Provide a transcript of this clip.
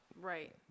Right